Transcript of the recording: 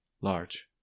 Large